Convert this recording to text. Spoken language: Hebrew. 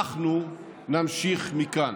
אנחנו נמשיך מכאן.